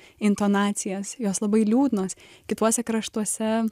intonacijas jos labai liūdnos kituose kraštuose